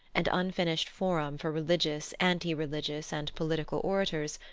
an unfinished forum for religious, anti-religious and political orators,